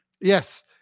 Yes